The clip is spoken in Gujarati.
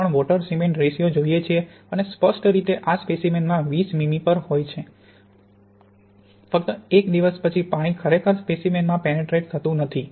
3 વોટર સિમેન્ટ રેશિયો જોઈએ છીએ અને સ્પષ્ટ રીતે આ સ્પેસીમેનમાં 20 મીમી પર હોય છે ફક્ત એક દિવસ પછી પાણી ખરેખર સ્પેસીમેનમાં પેનેટ્ટેટ થતું નથી